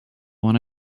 want